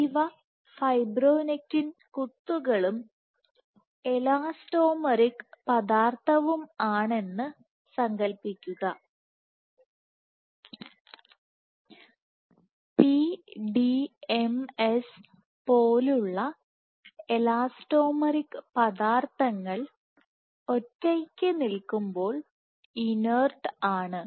ഇവ ഫൈബ്രോണെക്റ്റിൻ കുത്തുകളും എലാസ്റ്റോമെറിക് പദാർത്ഥവുമാണെന്നു സങ്കൽപ്പിക്കുക PDMS പോലെയുള്ള എലാസ്റ്റോമെറിക് പദാർത്ഥങ്ങൾ ഒറ്റയ്ക്ക് നിൽക്കുമ്പോൾ ഇനർട് ആണ്